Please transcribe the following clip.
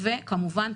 וכמובן,